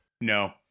No